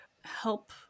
help